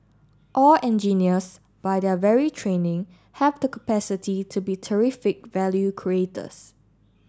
all engineers by their very training have the capacity to be terrific value creators